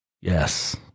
Yes